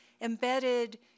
embedded